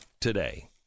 today